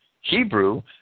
Hebrew